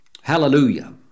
Hallelujah